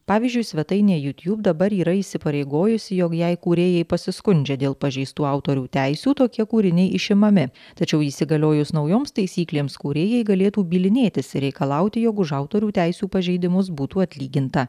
pavyzdžiui svetainė youtube dabar yra įsipareigojusi jog jei kūrėjai pasiskundžia dėl pažeistų autorių teisių tokie kūriniai išimami tačiau įsigaliojus naujoms taisyklėms kūrėjai galėtų bylinėtis ir reikalauti jog už autorių teisių pažeidimus būtų atlyginta